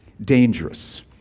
dangerous